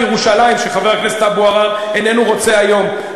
על ירושלים שחבר הכנסת אבו עראר איננו רוצה היום,